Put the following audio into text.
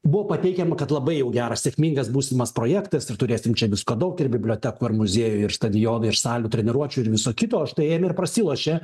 buvo pateikiama kad labai jau geras sėkmingas būsimas projektas ir turėsim čia viską daug tai bibliotekų ir muziejų ir stadioną ir salių treniruočių ir viso kito o štai ėmė prasilošė